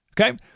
Okay